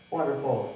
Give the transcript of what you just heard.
Wonderful